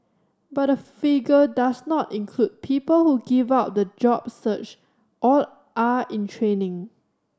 but the figure does not include people who give up the job search or are in training